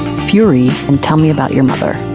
fury, and tell me about your mother.